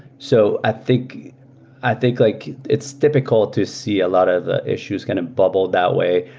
so i think i think like it's typical to see a lot of the issues kind of bubble that way.